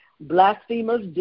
blasphemers